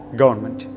government